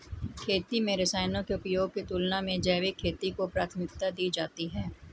खेती में रसायनों के उपयोग की तुलना में जैविक खेती को प्राथमिकता दी जाती है